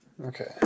Okay